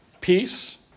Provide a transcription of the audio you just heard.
peace